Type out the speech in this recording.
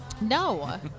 No